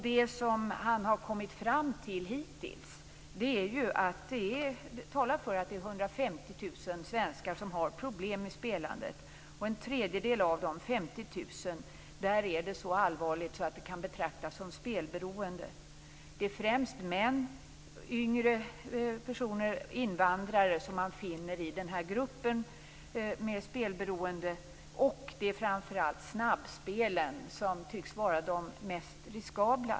Det som han hittills har kommit fram till talar för att 150 000 svenskar har problem med spelande. För en tredjedel av dem, 50 000, är det så allvarligt att det kan betraktas som spelberoende. Det är främst män, yngre personer och invandrare, som man finner i gruppen av spelberoende, och det tycks vara snabbspelen som är de mest riskabla.